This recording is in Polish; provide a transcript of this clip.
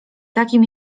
takim